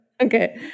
Okay